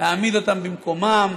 להעמיד אותם במקומם,